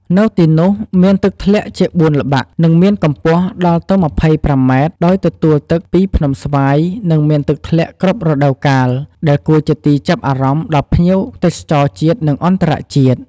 នៅទីនោះមានទឹកធ្លាក់ជាបួនល្បាក់ និងមានកម្ពស់ដល់ទៅម្ភៃប្រាំម៉ែត្រដោយទទួលទឹកពីភ្នំស្វាយនិងមានទឹកធ្លាក់គ្រប់រដូវកាលដែលគួរជាទីចាប់អារម្មណ៍ដល់ភ្ញៀវទេសចរជាតិនិងអន្តរជាតិ។